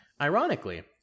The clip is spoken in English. Ironically